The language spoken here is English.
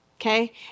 okay